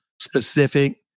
specific